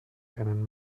einen